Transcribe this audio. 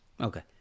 Okay